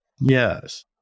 Yes